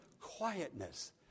quietness